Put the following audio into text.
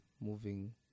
moving